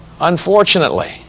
unfortunately